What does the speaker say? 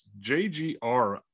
JGR